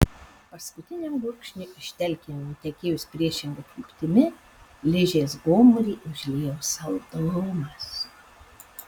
paskutiniam gurkšniui iš telkinio nutekėjus priešinga kryptimi ližės gomurį užliejo saldumas